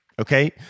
okay